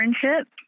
friendship